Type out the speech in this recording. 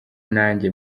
nanjye